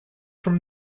from